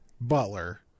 Butler